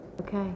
Okay